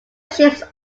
ships